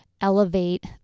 elevate